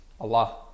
Allah